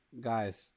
guys